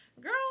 girl